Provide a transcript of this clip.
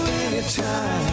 anytime